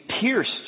pierced